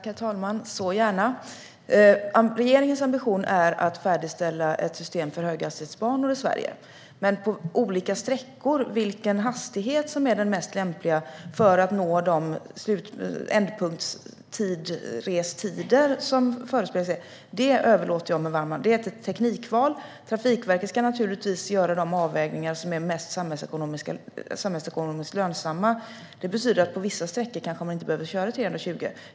Herr talman! Så gärna! Regeringens ambition är att färdigställa ett system för höghastighetsbanor i Sverige. Men vilken hastighet som är lämpligast på olika sträckor för att nå de restider som förespeglas här överlåter jag med varm hand. Det är ett teknikval. Trafikverket ska naturligtvis göra de avvägningar som är samhällsekonomiskt mest lönsamma. Det betyder att på vissa sträckor kanske man inte behöver köra i 320.